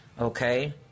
Okay